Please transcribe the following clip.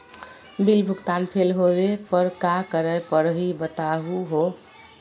Bill भुगतान fail होवे पर का करै परही, बताहु हो?